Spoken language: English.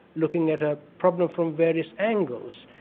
looking at a problem from various angles.